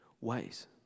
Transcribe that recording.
ways